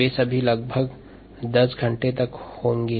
वे सभी लगभग मिलकर लगभग 10 घंटे तक के होंगें